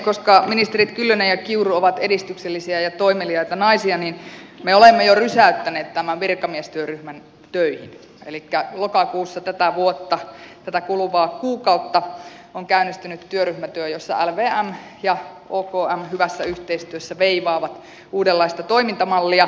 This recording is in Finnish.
koska ministerit kyllönen ja kiuru ovat edistyksellisiä ja toimeliaita naisia niin me olemme jo rysäyttäneet tämän virkamiestyöryhmän töihin elikkä lokakuussa tätä vuotta tätä kuluvaa kuukautta on käynnistynyt työryhmätyö jossa lvm ja okm hyvässä yhteistyössä veivaavat uudenlaista toimintamallia